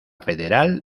federal